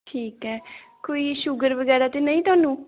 ਠੀਕ ਹੈ ਕੋਈ ਸ਼ੂਗਰ ਵਗੈਰਾ ਤਾਂ ਨਹੀਂ ਤੁਹਾਨੂੰ